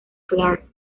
clark